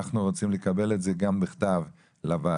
אנחנו רוצים לקבל את זה גם בכתב לוועדה,